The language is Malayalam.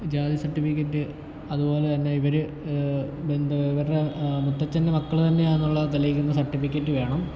ജാതി സർട്ടിഫിക്കറ്റ് അതുപോലെ തന്നെ ഇവരുടെ ബന്ധം ഇവരുടെ മുത്തച്ഛൻ്റെ മക്കൾ തന്നേയാന്നുള്ള തെളിയിക്കുന്ന സർട്ടിഫിക്കറ്റ് വേണം